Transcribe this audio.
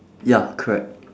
ya correct